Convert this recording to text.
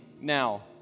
now